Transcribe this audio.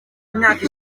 imyaka